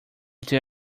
they